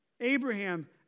Abraham